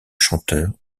chanteur